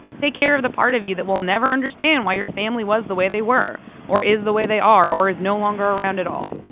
take care of the part of you that will never understand why your family was the way they were or is the way they are or is no longer around at all.